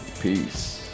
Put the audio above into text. Peace